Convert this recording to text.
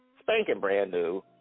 spanking-brand-new